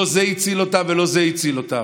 לא זה הציל אותם ולא זה הציל אותם,